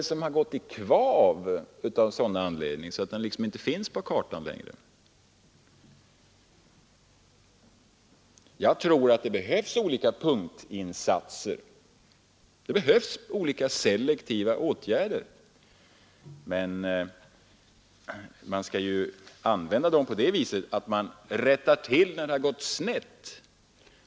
Hur många har gått i kvav av denna anledning och utplånats från kartan? Det behövs olika punktinsatser, olika selektiva åtgärder, men man skall använda dem till att rätta till förhållanden där det gått snett.